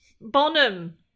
Bonham